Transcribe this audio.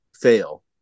fail